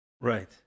Right